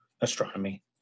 astronomy